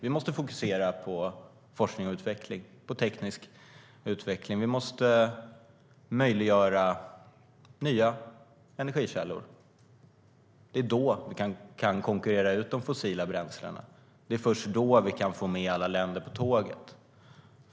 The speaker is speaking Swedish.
Vi måste fokusera på forskning och utveckling och på teknisk utveckling. Vi måste möjliggöra nya energikällor. Det är då vi kan konkurrera ut de fossila bränslena. Det är först då vi kan få med alla länder på tåget.